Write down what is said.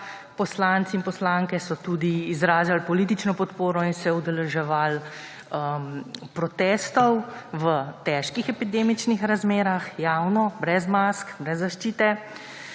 poslanci in poslanke so tudi izražali politično podporo in se udeleževali protestov v težkih epidemičnih razmerah, javno, brez mask, brez zaščite.